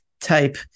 type